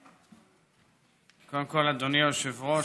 קודם כול, אדוני היושב-ראש,